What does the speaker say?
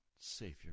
Savior